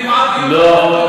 יורדים עד מדרגה תחתונה.